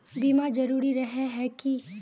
बीमा जरूरी रहे है की?